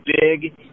big